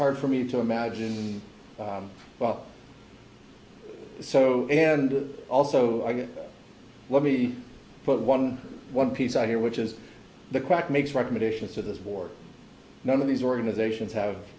hard for me to imagine well so and also let me put one one piece on here which is the crack makes recommendations to this war none of these organizations have